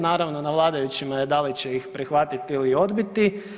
Naravno na vladajućima je da li će ih prihvatiti ili odbiti.